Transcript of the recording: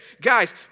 Guys